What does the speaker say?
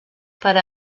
per